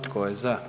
Tko je za?